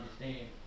understand